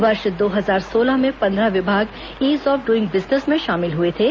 वर्ष दो हजार सोलह में पंद्रह विभाग ईज ऑफ डुइंग बिजनेस में शामिल हुए थे